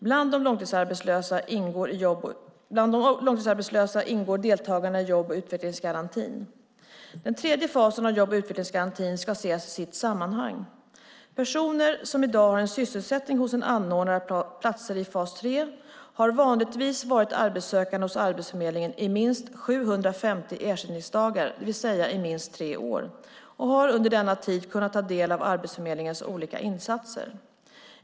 Bland de långtidsarbetslösa ingår deltagarna i jobb och utvecklingsgarantin. Den tredje fasen av jobb och utvecklingsgarantin ska ses i sitt sammanhang. Personer som i dag har en sysselsättning hos en anordnare av platser i fas 3 har vanligtvis varit arbetssökande hos Arbetsförmedlingen i minst 750 ersättningsdagar, det vill säga i minst tre år, och har under denna tid kunnat ta del av Arbetsförmedlingens olika insatser.